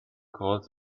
called